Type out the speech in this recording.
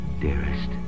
dearest